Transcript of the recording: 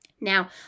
Now